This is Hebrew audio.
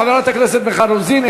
חברת הכנסת מיכל רוזין,